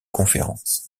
conférences